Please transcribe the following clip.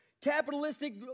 capitalistic